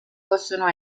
possono